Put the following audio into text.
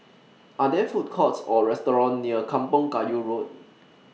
Are There Food Courts Or restaurants near Kampong Kayu Road